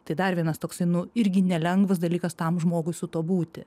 tai dar vienas toksai nu irgi nelengvas dalykas tam žmogui su tuo būti